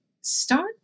start